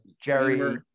Jerry